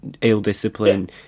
ill-discipline